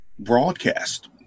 broadcast